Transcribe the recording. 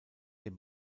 dem